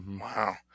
Wow